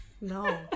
no